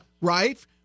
right